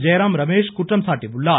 ஜெயராம் ரமேஷ் குற்றம் சாட்டியுள்ளார்